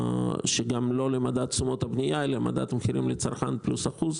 לא למדד תשומות הבנייה אלא למדד המחירים לצרכן פלוס אחוז.